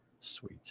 Sweet